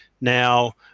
Now